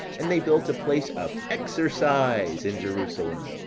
and they built a place of excercise in jerusalem,